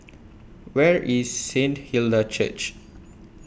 Where IS Saint Hilda's Church